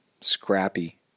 Scrappy